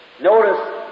Notice